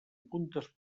puntes